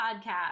podcast